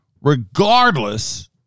regardless